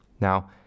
Now